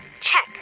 Check